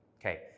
okay